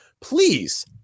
please